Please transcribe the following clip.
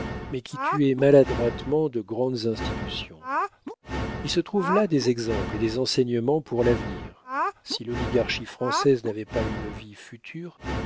mais qui tuait maladroitement de grandes institutions il se trouve là des exemples et des enseignements pour l'avenir si l'oligarchie française n'avait pas une vie future